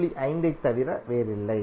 5 ஐத் தவிர வேறில்லை